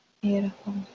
Beautiful